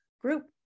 Group